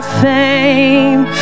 fame